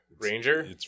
Ranger